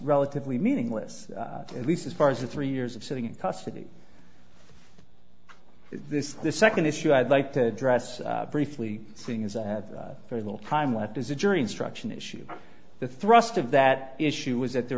relatively meaningless at least as far as the three years of sitting in custody this the second issue i'd like to address briefly seeing is that has very little time left as a jury instruction issue the thrust of that issue was that there